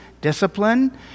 discipline